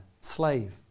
slave